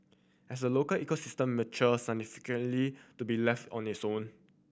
has the local ecosystem matured scientifically to be left on its own